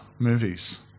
movies